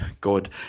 God